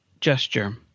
gesture